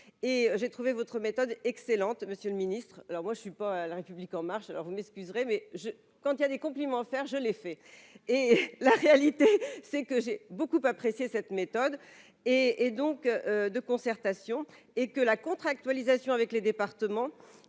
et j'ai trouvé votre méthode excellente, monsieur le Ministre, alors moi je ne suis pas la République en marche alors vous m'excuserez mais je quand il y a des compliments faire je l'ai fait et la réalité, c'est que j'ai beaucoup apprécié cette méthode et et donc de concertation et que la contractualisation avec les départements,